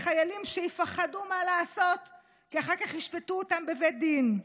מחיילים שיפחדו מה לעשות כי אחר כך ישפטו אותם בבית דין".